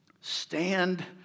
stand